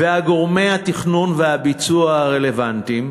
וגורמי התכנון והביצוע הרלוונטיים,